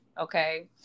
okay